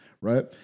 right